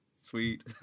Sweet